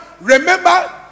remember